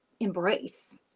Embrace